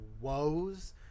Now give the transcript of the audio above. woes